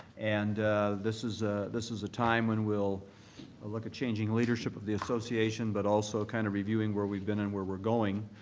and this is this is a time when we'll look at changing leadership of the association but also kind of reviewing where we've been and where we're going.